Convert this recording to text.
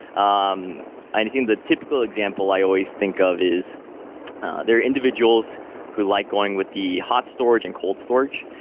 um i and think the typical example i always think of is they're individuals who like going with the hot storage and cold storage.